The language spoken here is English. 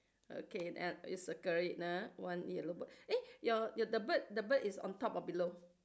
okay then you circle it ah one yellow bird eh your your the bird the bird is on top or below